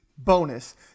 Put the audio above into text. Bonus